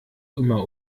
immer